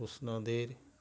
Krishna Dhir